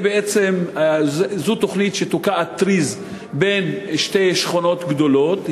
זו תוכנית שתוקעת טריז בין שתי שכונות גדולות,